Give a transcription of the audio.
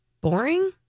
boring